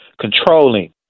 controlling